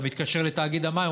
אתה מתקשר לתאגיד המים,